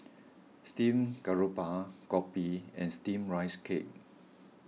Steamed Garoupa Kopi and Steamed Rice Cake